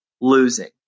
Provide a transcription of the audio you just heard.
losing